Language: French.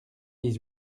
dix